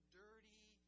dirty